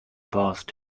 past